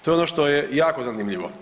To je ono što je jako zanimljivo.